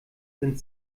sind